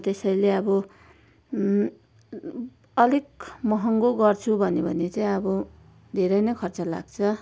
त्यसैले अब अलिक महँगो गर्छु भन्यो भने चाहिँ अब धेरै नै खर्च लाग्छ